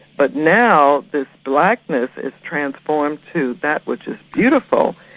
but now blackness is transformed to that which is beautiful,